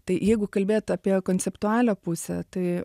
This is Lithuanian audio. tai jeigu kalbėt apie konceptualią pusę tai